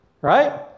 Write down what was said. Right